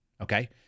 Okay